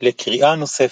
לקריאה נוספת